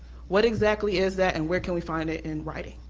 what exactly is that and where can we find it in writing?